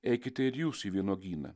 eikite ir jūs į vynuogyną